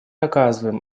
оказываем